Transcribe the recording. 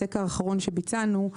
הסקר האחרון ביצענו,